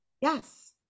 yes